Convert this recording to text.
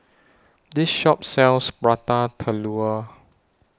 This Shop sells Prata Telur